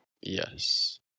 Yes